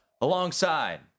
Alongside